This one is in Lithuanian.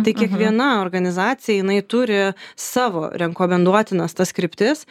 tai kiekviena organizacija jinai turi savo rekomenduotinas tas kryptis